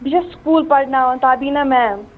بہٕ چھَس سکوٗلہٕ پَرٕناوان تابیٖنا میٚم